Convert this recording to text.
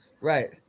Right